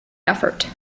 effort